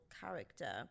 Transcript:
character